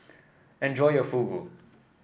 enjoy your Fugu